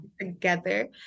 together